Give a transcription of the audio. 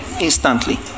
Instantly